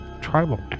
tribal